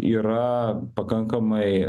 yra pakankamai